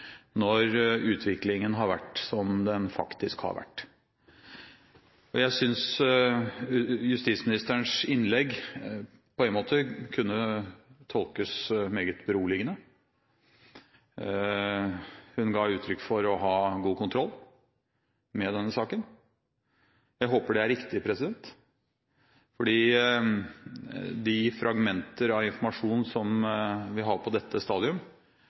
når utviklingen har vært som den faktisk har vært. Jeg synes justisministerens innlegg på en måte kunne tolkes meget beroligende. Hun ga uttrykk for å ha god kontroll i denne saken. Jeg håper det er riktig. De fragmenter av informasjon som vi har på dette